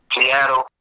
Seattle